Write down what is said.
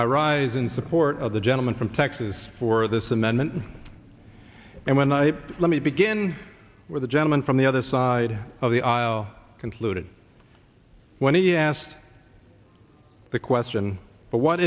a rising support of the gentleman from texas for this amendment and when i let me begin with the gentleman from the other side of the aisle concluded when he asked the question but what